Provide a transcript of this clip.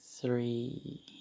three